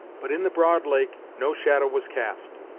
but in the broad lake no shadow was cast,